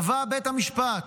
קבע בית המשפט